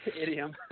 idiom